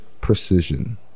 Precision